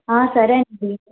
ఆ సరే అండి